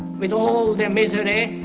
with all the misery,